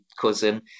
cousin